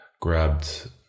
Grabbed